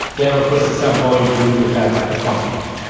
then of course at some point you do have a conflict.